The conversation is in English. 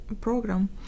program